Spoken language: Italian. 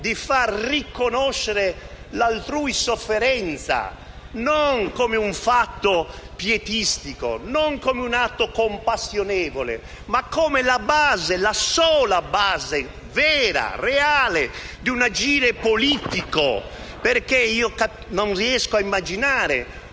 di far riconoscere l'altrui sofferenza non come un fatto pietistico, non come un atto compassionevole, ma come la sola base vera e reale di un agire politico. Non riesco infatti ad immaginare